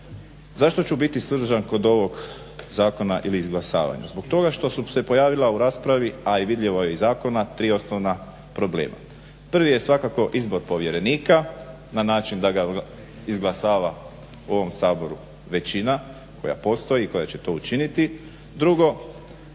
Zašto ću biti suzdržan kod ovog zakona ili izglasavanja? Zbog toga što su se pojavila u raspravi, a vidljivo je i iz zakona, tri osnovna problema. Prvi je svakako izbor povjerenika na način da ga izglasava u ovom Saboru većina koja postoji i koja će to učiniti. Drugo,